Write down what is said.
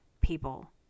people